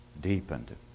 deepened